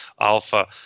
alpha